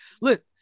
look